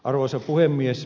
arvoisa puhemies